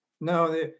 No